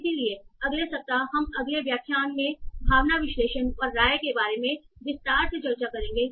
इसलिए अगले सप्ताह हम अगले व्याख्यान में भावना विश्लेषण और राय के बारे में विस्तार से चर्चा करेंगे